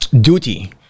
duty